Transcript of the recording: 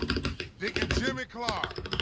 deacon jimmy clark